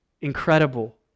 incredible